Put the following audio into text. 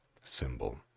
symbol